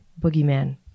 boogeyman